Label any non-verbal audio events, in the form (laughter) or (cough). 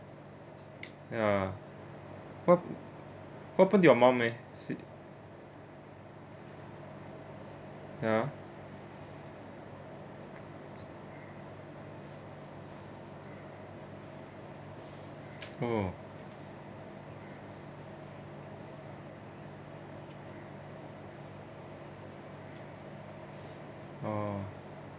(noise) ya what what happened to your mum eh sh~ ya oh oh